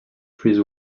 freeze